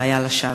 והיה לשווא.